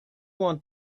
want